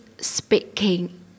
speaking